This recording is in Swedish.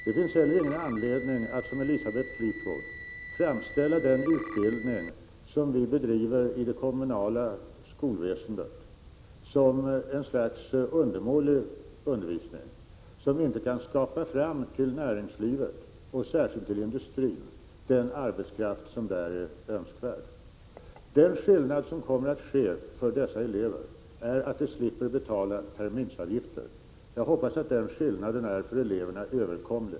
Det finns heller ingen anledning att, som Elisabeth Fleetwood gör, framställa den utbildning som vi bedriver i det kommunala skolväsendet som ett slags undermålig undervisning, som inte kan skapa fram till näringslivet och särskilt till industrin den arbetskraft som där är önskvärd. Den skillnad som kommer att inträda för dessa elever är att de slipper betala terminsavgifter. Jag hoppas att den skillnaden är överkomlig för eleverna.